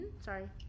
sorry